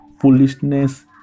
Foolishness